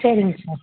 சரிங்க சார்